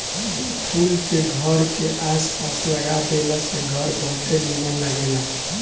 ए फूल के घर के आस पास लगा देला से घर बहुते निमन लागेला